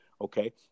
Okay